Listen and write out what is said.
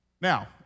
Now